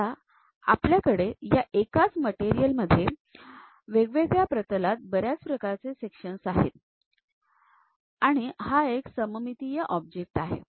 आता आपल्याकडे या एकाच मटेरियल मध्ये वेगवेगळ्या प्रतलात बऱ्याच प्रकारचे सेक्शन्स आहेत आणि हा एक सममितीय ऑब्जेक्ट आहे